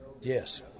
yes